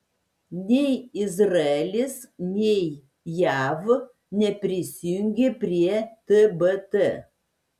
nei izraelis nei jav neprisijungė prie tbt